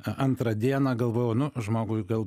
antrą dieną galvojau nu žmogui gal